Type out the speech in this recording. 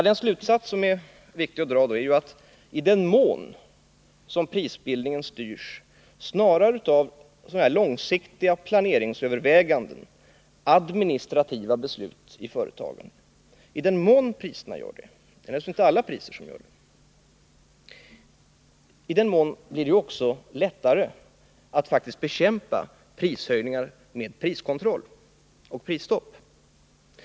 Den slutsats som är viktig att dra är att i den mån prisbildningen styrs snarare av långsiktiga planeringsöverväganden och administrativa beslut i företagen blir det också lättare att faktiskt bekämpa prishöjningar med priskontroll och prisstopp.